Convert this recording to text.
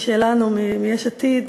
משלנו, מיש עתיד,